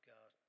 God